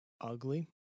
ugly